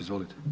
Izvolite.